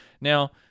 Now